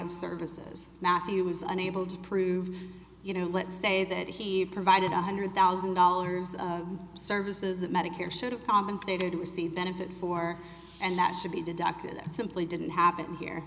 of services matthew was unable to prove you know let's say that he provided one hundred thousand dollars of services that medicare should have compensated receive benefit for and that should be deducted that simply didn't happen here